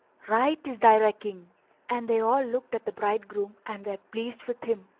right is thy recking and they all looked at the bridegroom and were pleased with him.